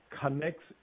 connects